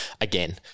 again